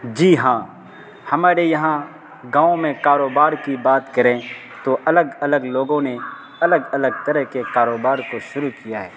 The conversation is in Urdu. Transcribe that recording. جی ہاں ہمارے یہاں گاؤں میں کاروبار کی بات کریں تو الگ الگ لوگوں نے الگ الگ طرح کے کاروبار کو شروع کیا ہے